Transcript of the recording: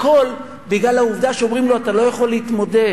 הכול בגלל העובדה שאומרים לו: אתה לא יכול להתמודד,